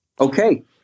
Okay